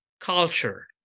culture